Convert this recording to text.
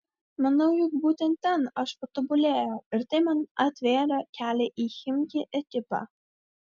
manau jog būtent ten aš patobulėjau ir tai man atvėrė kelią į chimki ekipą